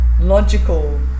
logical